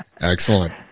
Excellent